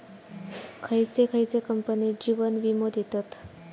खयचे खयचे कंपने जीवन वीमो देतत